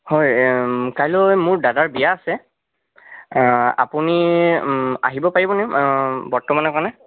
হয় কাইলৈ মোৰ দাদাৰ বিয়া আছে আপুনি আহিব পাৰিবনে বৰ্তমানৰ কাৰণে